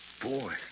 Boy